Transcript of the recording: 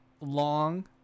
long